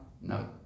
No